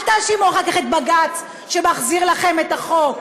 אל תאשימו אחר כך את בג"ץ שמחזיר לכם את החוק,